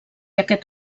aquest